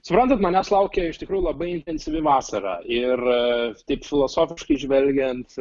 suprantat manęs laukia iš tikrųjų labai intensyvi vasara ir taip filosofiškai žvelgiant